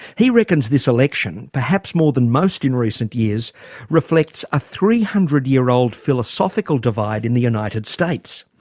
he reckons this election perhaps more than most in recent years reflects a three hundred year old philosophical divide in the united states.